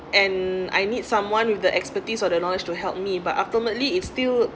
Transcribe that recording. and I need someone with the expertise or the knowledge to help me but ultimately is still